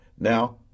Now